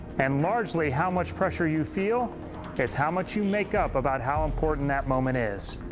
and largely, how much pressure you feel is how much you make up about how important that moment is.